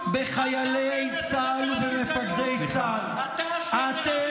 אתם פוגעים, בחבירה שלכם, אתם